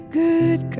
good